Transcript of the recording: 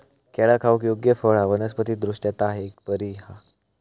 केळा खाऊक योग्य फळ हा वनस्पति दृष्ट्या ता एक बेरी हा